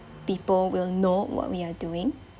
people will know what we are doing